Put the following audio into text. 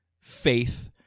faith